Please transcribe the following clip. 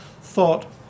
thought